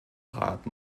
rat